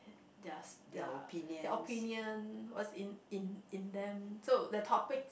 theirs their their opinion what's in in in them so the topic